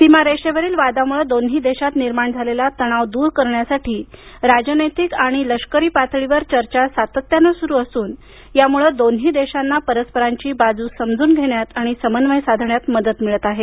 सीमा रेषेवरील वादामुळं दोन्ही देशात निर्माण झालेला तणाव दूर करण्यासाठी राजनैतिक आणि लष्करी पातळीवर चर्चा सातत्यानं सुरू असून यामुळं दोन्ही देशांना परस्परांची बाजू समजून घेण्यात आणि समन्वय साधण्यात मदत मिळत आहे